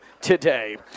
today